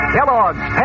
Kellogg's